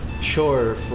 sure